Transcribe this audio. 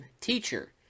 teacher